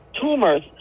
tumors